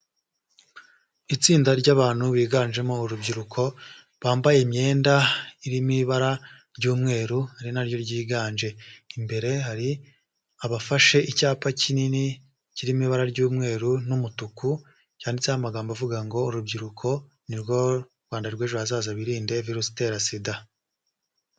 Itsinda ry'abantu biganjemo urubyiruko bambaye imyenda irimo ibara ry'umweru ari naryo ryiganje imbere hari abafashe icyapa kinini kirimo ibara ry'umweru n'umutuku cyanditseho amagambo avuga ngo urubyiruko nirwo rwanda rw'ejo hazaza biririnde virusi itera sida.